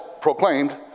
proclaimed